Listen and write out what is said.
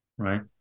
right